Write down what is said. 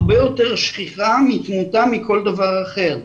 הרבה יותר שכיחה מכל דבר אחר.